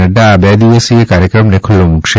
નઙા આ બે દિવસીય કાર્યક્રમને ખુલ્લો મુકશે